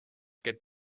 get